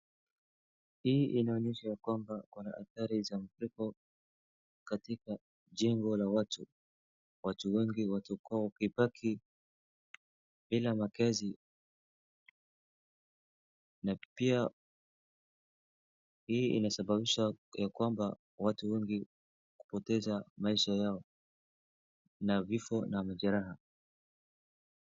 Hii inaonyesha ya kwamba kunaadhari za mafuriko katika jengo la watu, na watu wengi watakuwa wakibaki bila makaazi, na pia hii inasababisha ya kwamba watu wengi watapoteza maisha yao na vifo na majeraha.